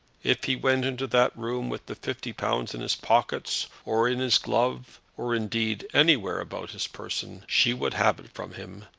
if he went into that room with the fifty pounds in his pockets, or in his glove, or, indeed, anywhere about his person, she would have it from him,